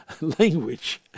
language